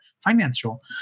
financial